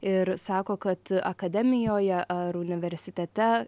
ir sako kad akademijoje ar universitete